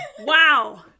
Wow